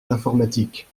l’informatique